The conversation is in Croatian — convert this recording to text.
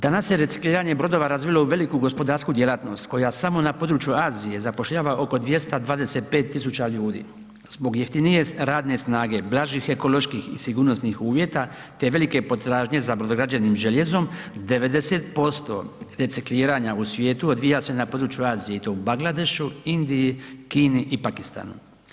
Danas se recikliranje brodova razvilo u veliku gospodarsku djelatnost koja samo na području Azije zapošljava oko 225000 ljudi, zbog jeftinije radne snage, blažih ekoloških i sigurnosnih uvjeta, te velike potražnje za brodograđevnim željezom, 90% recikliranja u svijetu odvija se na području Azije i to u Bangladešu, Indiji, Kini i Pakistanu.